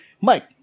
Mike